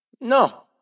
No